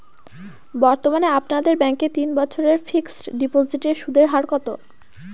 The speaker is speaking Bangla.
বর্তমানে আপনাদের ব্যাঙ্কে তিন বছরের ফিক্সট ডিপোজিটের সুদের হার কত?